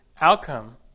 outcome